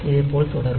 இது போல் தொடரும்